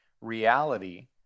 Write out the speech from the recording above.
reality